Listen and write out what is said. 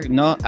no